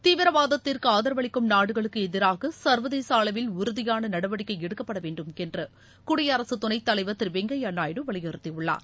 தீவிரவாதத்திற்கு ஆதரவளிக்கும் நாடுகளுக்கு எதிராக சர்வதேச அளவில் உறுதியான நடவடிக்கை வேண்டும் என்று குடியரசு துணைத் தலைவர் திரு வெங்கைய எடுக்கப்பட நாயுடு வலியுறுத்தியுள்ளார்